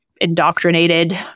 indoctrinated